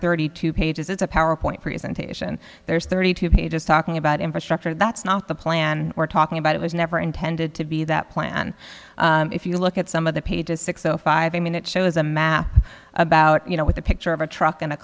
thirty two pages it's a power point presentation there's thirty two pages talking about infrastructure that's not the plan we're talking about it was never intended to be that plan if you look at some of the pages six o five i mean it shows a map about you know with a picture of a truck in a